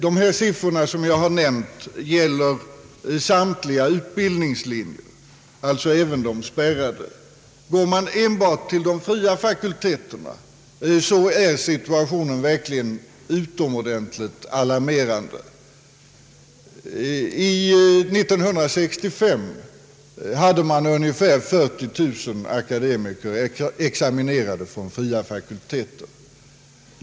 Dessa siffror gäller samtliga utbildningslinjer, alltså även de spärrade. Går man enbart till de fria fakulteterna så är situationen verkligen ytterst alarmerande. 1965 fanns ungefär 40 000 akademiker examinerade från fria fakulteter.